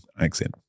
accent